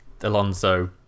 Alonso